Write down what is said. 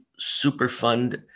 Superfund